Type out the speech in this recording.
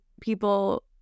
people